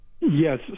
Yes